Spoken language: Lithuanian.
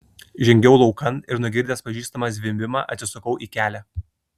žengiau laukan ir nugirdęs pažįstamą zvimbimą atsisukau į kelią